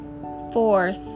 Fourth